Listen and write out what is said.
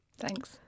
Thanks